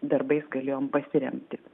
darbais galėjom pasiremti